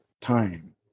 time